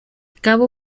cabo